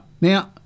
Now